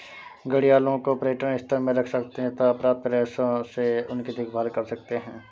घड़ियालों को पर्यटन स्थल में रख सकते हैं तथा प्राप्त पैसों से उनकी देखभाल कर सकते है